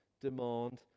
demand